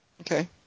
Okay